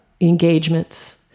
engagements